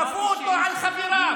כפו אותו על חבריו.